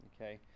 okay